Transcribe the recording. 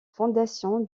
fondation